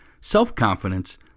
self-confidence